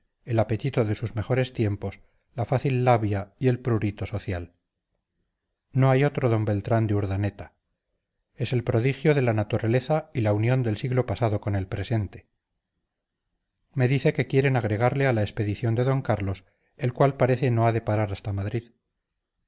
el apetito de sus mejores tiempos la fácil labia y el prurito social no hay otro d beltrán de urdaneta es el prodigio de la naturaleza y la unión del siglo pasado con el presente me dice que quieren agregarle a la expedición de d carlos el cual parece no ha de parar hasta madrid